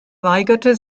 weigerte